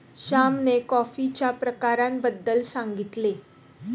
श्यामने कॉफीच्या प्रकारांबद्दल सांगितले